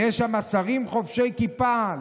ויש שם שרים חובשי כיפה.